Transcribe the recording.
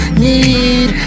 need